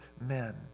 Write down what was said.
men